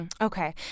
Okay